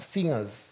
Singers